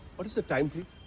what is the time please?